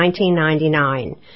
1999